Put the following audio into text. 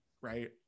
right